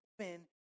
open